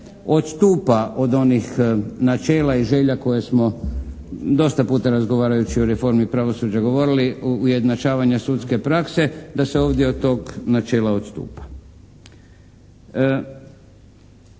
odstupa od onih načela i želja koje smo dosta puta razgovarajući o reformi pravosuđa govorili, ujednačavanja sudske prakse, da se ovdje od tog načela odstupa.